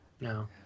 No